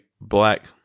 black